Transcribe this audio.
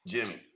Jimmy